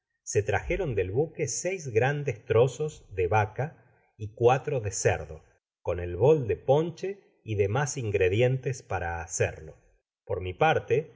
se trajeron del buque sois grandes trazos de vaca y cuatro de cerdo con el bol de ponche y demas ingredientes para hacerlo por mi parte di